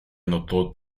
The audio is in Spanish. anotó